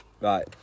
Right